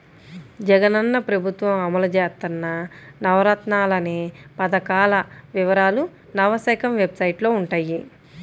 జగనన్న ప్రభుత్వం అమలు చేత్తన్న నవరత్నాలనే పథకాల వివరాలు నవశకం వెబ్సైట్లో వుంటయ్యి